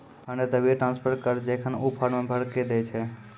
fund तभिये transfer करऽ जेखन ऊ फॉर्म भरऽ के दै छै